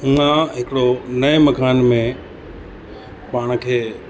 मां हिकिड़ो नएं मकान में पाण खे